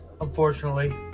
unfortunately